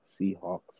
Seahawks